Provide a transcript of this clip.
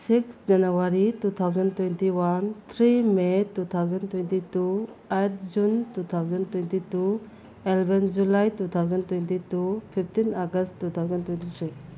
six January two thousand twenty one three may two thousand twenty two eight June two thousand twenty two eleven July two thousand twenty two fifteen August two thousand twenty three